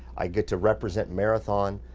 i get to represent marathon.